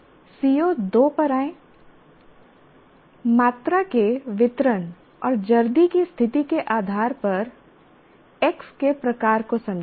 CO2 पर आएं मात्रा के वितरण और जर्दी की स्थिति के आधार पर x के प्रकार को समझें